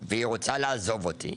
והיא רוצה לעזוב אותי